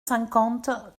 cinquante